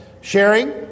sharing